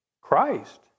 Christ